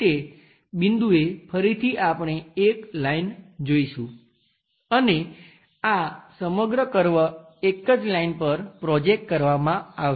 તે બિંદુએ ફરીથી આપણે એક લાઈન જોઈશું અને આ સમગ્ર કર્વ એક જ લાઈન પર પ્રોજેકટ કરવામાં આવશે